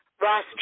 Ross